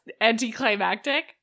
anticlimactic